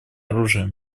оружием